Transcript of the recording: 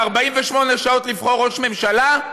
48 שעות לבחור ראש ממשלה?